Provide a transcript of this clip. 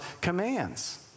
commands